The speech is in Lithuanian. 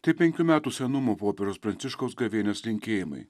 tai penkių metų senumo popiežiaus pranciškaus gavėnios linkėjimai